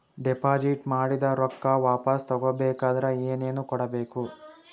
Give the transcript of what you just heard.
Deposit ಮಾಡಿದ ರೊಕ್ಕ ವಾಪಸ್ ತಗೊಬೇಕಾದ್ರ ಏನೇನು ಕೊಡಬೇಕು?